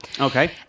Okay